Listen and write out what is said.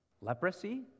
Leprosy